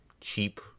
cheap